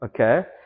Okay